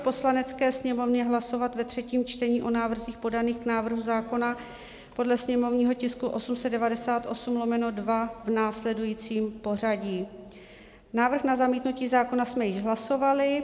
Poslanecké sněmovně hlasovat ve třetím čtení o návrzích podaných k návrhu zákona podle sněmovního tisku 898/2 v následujícím pořadí: Návrh na zamítnutí zákona jsme již hlasovali.